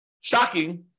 shocking